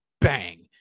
bang